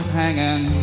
hanging